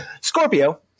Scorpio